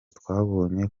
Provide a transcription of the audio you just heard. twabonye